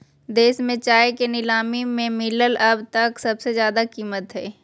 देश में चाय के नीलामी में मिलल अब तक सबसे अधिक कीमत हई